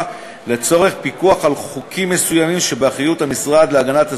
לצורך פיקוח על חוקים מסוימים שבאחריות המשרד להגנת הסביבה,